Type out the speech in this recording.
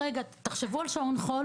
תחשבו על שעון חול